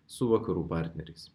su vakarų partneriais